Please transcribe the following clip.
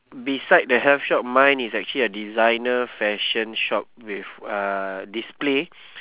beside the health shop mine is actually a designer fashion shop with uh display